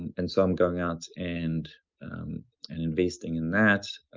and some going out and and investing in that.